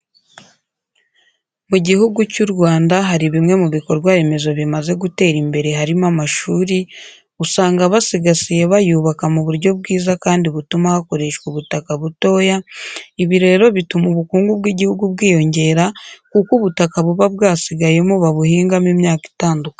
Mu gihugu cy'u Rwanda hari bimwe mu bikorwa Remezo bimaze gutera imbere harimo amashuri, usanga basigaye bayubaka mu buryo bwiza kandi butuma hakoreshwa ubutaka butoya, ibi rero bituma ubukungu bw'igihugu bwiyongera kuko ubutaka buba bwasigayemo babuhingamo imyaka itandukanye.